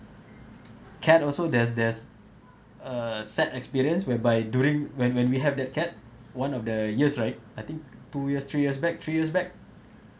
cat also there's there's a set experience whereby during when when we have that cat one of the years right I think two years three years back three years back